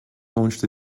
launched